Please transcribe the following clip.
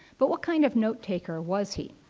but what kind of notetaker was he?